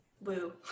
Woo